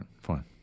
fine